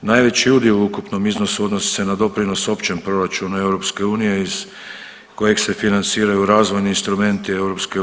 Najveći udio u ukupnom iznosu odnosi se na doprinos općem proračunu EU iz kojeg se financiraju razvojni instrumenti EU.